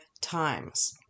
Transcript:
times